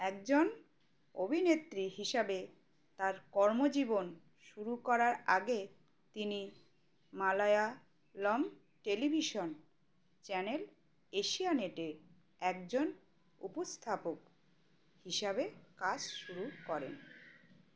একজন অভিনেত্রী হিসাবে তার কর্মজীবন শুরু করার আগে তিনি মালায়ালম টেলিভিশন চ্যানেল এশিয়ানেটে একজন উপস্থাপক হিসাবে কাজ শুরু করেন